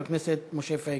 של חבר הכנסת משה פייגלין.